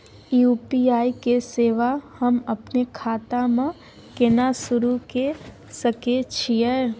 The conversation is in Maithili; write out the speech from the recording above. यु.पी.आई के सेवा हम अपने खाता म केना सुरू के सके छियै?